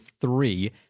three